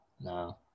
No